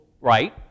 Right